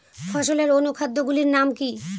ফসলের অনুখাদ্য গুলির নাম কি?